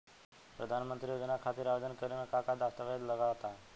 प्रधानमंत्री योजना खातिर आवेदन करे मे का का दस्तावेजऽ लगा ता?